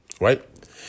right